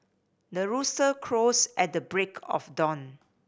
the rooster crows at the break of dawn